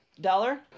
Dollar